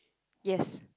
yes